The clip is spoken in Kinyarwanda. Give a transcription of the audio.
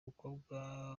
umukobwa